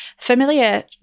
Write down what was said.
familiar